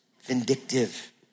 vindictive